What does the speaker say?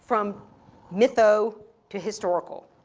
from mytho to historical.